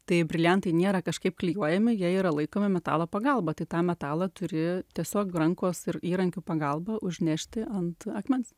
tai briliantai nėra kažkaip klijuojami jie yra laikomi metalo pagalba tai tą metalą turi tiesiog rankos ir įrankių pagalba užnešti ant akmens